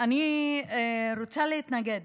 אני רוצה להתנגד